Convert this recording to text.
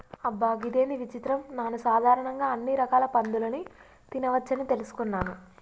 అబ్బ గిదేంది విచిత్రం నాను సాధారణంగా అన్ని రకాల పందులని తినవచ్చని తెలుసుకున్నాను